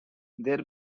their